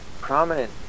prominent